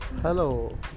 Hello